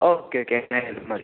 okay okay ഏതായാലും മതി